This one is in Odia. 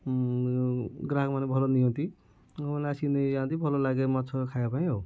ଗ୍ରାହାକମାନେ ଭଲ ନିଅନ୍ତି ଲୋକମାନେ ଆସିକି ନେଇଯାଆନ୍ତି ଭଲ ଲାଗେ ମାଛ ଖାଇବା ପାଇଁ ଆଉ